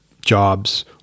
jobs